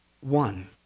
one